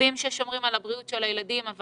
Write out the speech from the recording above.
במתווים ששומרים על בריאות הילדים אבל